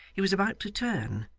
he was about to turn,